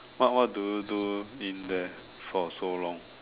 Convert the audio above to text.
what what do you do in there for so long